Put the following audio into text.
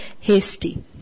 hasty